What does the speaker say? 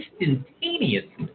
instantaneously